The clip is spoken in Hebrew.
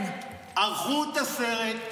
ערכו את הסרט,